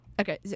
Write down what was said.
Okay